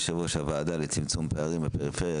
אחד מיוזמי הדיון וגם יושב-ראש הוועדה לצמצום פערים בפריפריה,